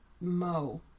Mo